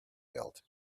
built